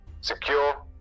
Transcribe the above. secure